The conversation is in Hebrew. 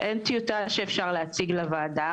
אין טיוטה שאפשר להציג לוועדה.